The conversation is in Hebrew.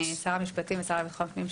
שר המשפטים והשר לביטחון פנים,